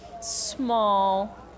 small